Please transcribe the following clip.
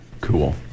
Cool